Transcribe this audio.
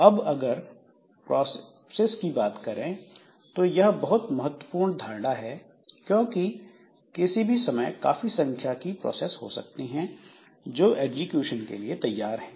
अब अगर प्रोसेस की बात करें तो यह बहुत महत्वपूर्ण धारणा है क्योंकि किसी भी समय काफी संख्या की प्रोसेस हो सकती हैं जो एग्जीक्यूशन के लिए तैयार हैं